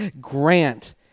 Grant